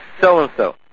so-and-so